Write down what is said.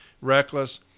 reckless